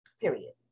Period